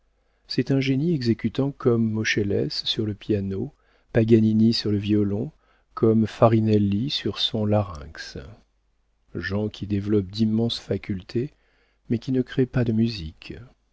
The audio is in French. c'est un génie exécutant comme moschelès sur le piano paganini sur le violon comme farinelli sur son larynx gens qui développent d'immenses facultés mais qui ne créent pas de musique